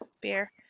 beer